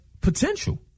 potential